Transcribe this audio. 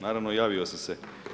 Naravno javio sam se.